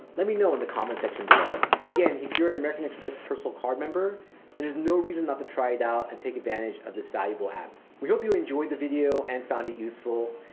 let me know in the comment section below. again, if you're an american express personal cardmember, then there's no reason not to try it out and take advantage of this valuable app. we hope you enjoyed the video and found it useful.